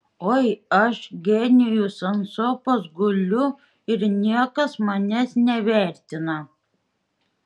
oi aš genijus ant sofos guliu ir niekas manęs nevertina